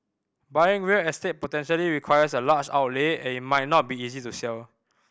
buying real estate potentially requires a large outlay and it might not be easy to sell